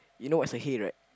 you know what's a hay right